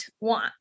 want